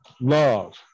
love